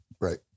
right